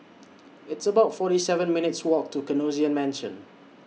It's about forty seven minutes' Walk to Canossian mention